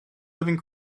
living